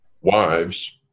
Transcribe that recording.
Wives